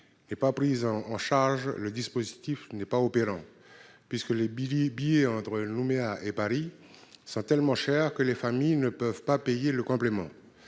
n'est pas prise en charge, le dispositif n'est pas opérant, dans la mesure où les vols entre Nouméa et Paris sont tellement chers que les familles ne peuvent pas payer le complément.